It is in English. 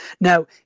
Now